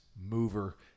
mover